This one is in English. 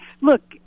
look